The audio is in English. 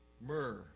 myrrh